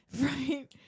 Right